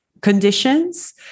conditions